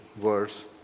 words